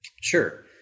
Sure